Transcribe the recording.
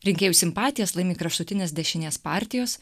rinkėjų simpatijas laimi kraštutinės dešinės partijos